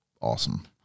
awesome